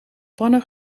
panne